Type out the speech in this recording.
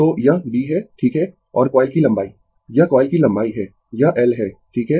तो यह B है ठीक है और कॉइल की लंबाई यह कॉइल की लंबाई है यह l है ठीक है